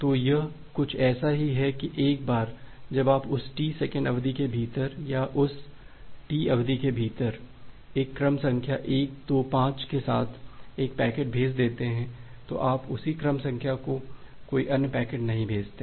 तो यह कुछ ऐसा ही है कि एक बार जब आप उस टी सेकंड अवधि के भीतर या उस टी अवधि के भीतर एक क्रम संख्या 125 के साथ एक पैकेट भेज देते हैं तो आप उसी क्रम संख्या का कोई अन्य पैकेट नहीं भेजते हैं